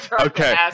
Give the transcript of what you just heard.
okay